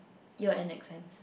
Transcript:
year end exams